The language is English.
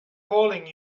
calling